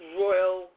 royal